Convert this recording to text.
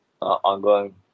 ongoing